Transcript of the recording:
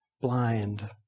blind